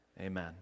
Amen